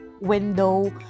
window